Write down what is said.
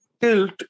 tilt